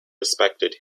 respected